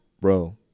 bro